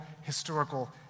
historical